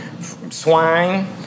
SWINE